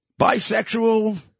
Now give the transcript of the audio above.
bisexual